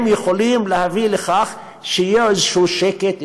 הן יכולות להביא לכך שיהיו איזשהו שקט,